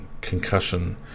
concussion